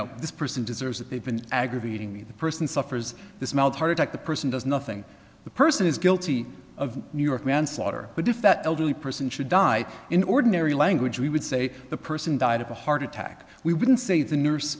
know this person deserves it they've been aggravating me the person suffers this mild heart attack the person does nothing the person is guilty of new york manslaughter but if that elderly person should die in ordinary language we would say the person died of a heart attack we wouldn't say the nurse